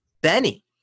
Benny